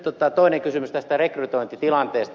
sitten toinen kysymys tästä rekrytointitilanteesta